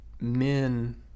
men